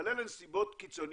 אבל אלה הן סיבות קיצוניות,